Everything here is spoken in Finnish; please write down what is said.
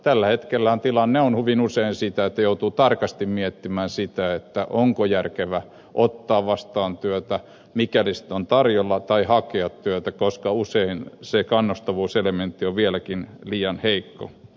tällä hetkellähän tilanne on hyvin usein se että joutuu tarkasti miettimään sitä onko järkevää ottaa vastaa työtä mikäli sitä on tarjolla tai hakea työtä koska usein se kannustavuuselementti on vieläkin liian heikko